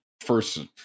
first